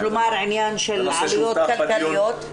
כלומר, עניין של עלויות כלכליות.